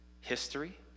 history